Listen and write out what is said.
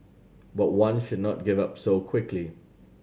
but one should not give up so quickly